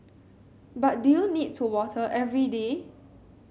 but do you need to water every day